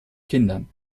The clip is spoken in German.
kindern